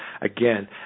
again